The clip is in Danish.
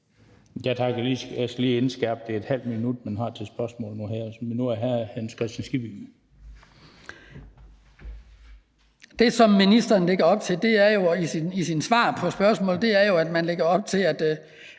Det, som ministeren lægger op til i sine svar på spørgsmålet, er jo, at man skal